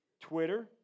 Twitter